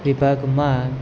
વિભાગમાં